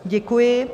Děkuji.